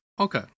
Okay